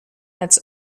its